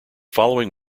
following